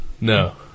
No